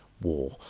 War